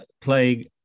playing